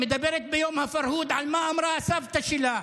מדברת ביום הפרהוד על מה אמרה סבתא שלה,